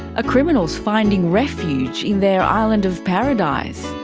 criminals finding refuge in their island of paradise?